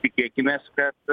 tikėkimės kad